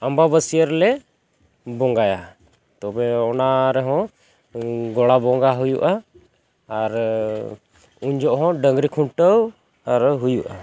ᱟᱢᱵᱟᱵᱟᱹᱥᱭᱟᱹ ᱨᱮᱞᱮ ᱵᱚᱸᱜᱟᱭᱟ ᱛᱚᱵᱮ ᱚᱱᱟ ᱨᱮᱦᱚᱸ ᱜᱚᱲᱟ ᱵᱚᱸᱜᱟ ᱦᱩᱭᱩᱜᱼᱟ ᱟᱨ ᱩᱱᱡᱚᱦᱚᱜ ᱦᱚᱸ ᱰᱟᱹᱝᱨᱤ ᱠᱷᱩᱱᱴᱟᱹᱣ ᱟᱨ ᱦᱩᱭᱩᱜᱼᱟ